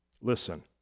listen